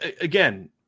again